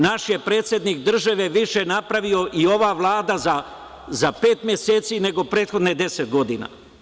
Naš je predsednik države više napravio i ova Vlada za pet meseci nego prethodne za deset godina.